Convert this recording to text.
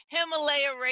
Himalaya